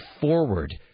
forward